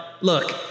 look